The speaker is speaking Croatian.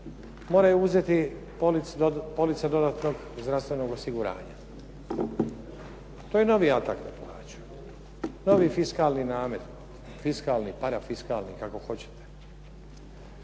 moraju uzeti policu dodatnog zdravstvenog osiguranja. To je novi atak na plaću, novi fiskalni namet, fiskalni, parafiskalni, kako hoćete.